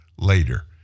later